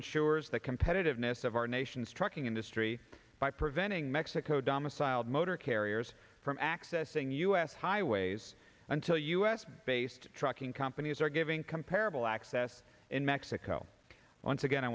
ensures that competitiveness of our nation's trucking industry by preventing mexico domiciled motor carriers from accessing u s highways until u s based trucking companies are giving comparable access in mexico wants again i